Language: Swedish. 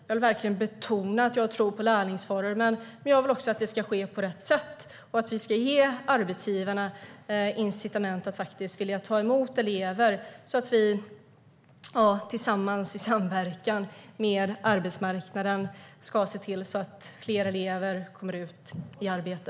Jag vill verkligen betona att jag tror på lärlingsformen, men jag vill att det ska ske på rätt sätt och att vi ska ge arbetsgivarna incitament att vilja ta emot elever så att vi tillsammans och i samverkan med arbetsmarknaden kan se till att fler elever kommer ut i arbete.